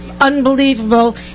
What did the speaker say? unbelievable